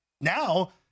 Now